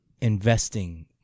investing